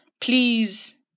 please